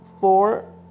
four